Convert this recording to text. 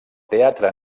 teatre